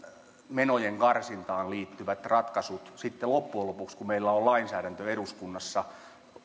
menojen karsintaan liittyvät ratkaisut sitten loppujen lopuksi kun meillä on lainsäädäntö eduskunnassa